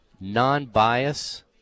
non-bias